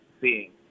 seeing